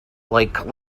like